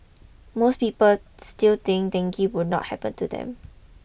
most people still think dengue will not happen to them